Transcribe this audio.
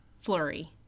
flurry